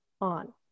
on